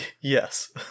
Yes